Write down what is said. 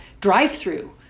drive-through